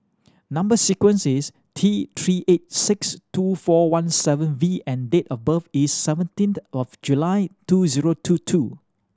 number sequence is T Three eight six two four one seven V and date of birth is seventeenth of July two zero two two